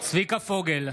צביקה פוגל,